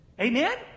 Amen